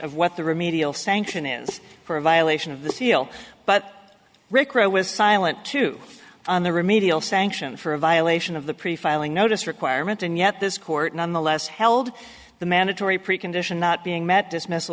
of what the remedial sanction is for a violation of the seal but rick roe was silent too on the remedial sanction for a violation of the pre filing notice requirement and yet this court nonetheless held the mandatory precondition not being met dismiss